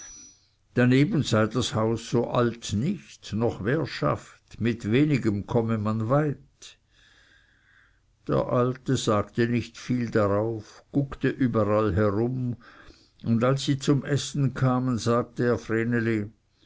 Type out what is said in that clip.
daneben sei das haus so alt nicht noch währschaft mit wenigem komme man weit der alte sagte nicht viel darauf guckte überall herum und als sie zum essen kamen sagte er